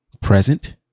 present